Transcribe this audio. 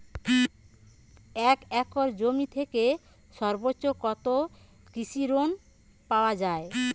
এক একর জমি থেকে সর্বোচ্চ কত কৃষিঋণ পাওয়া য়ায়?